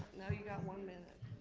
no, you got one minute.